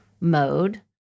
mode